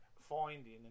finding